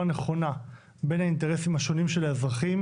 נכונה בין האינטרסים השונים של האזרחים,